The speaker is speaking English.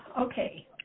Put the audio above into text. okay